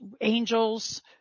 angels